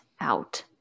out